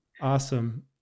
Awesome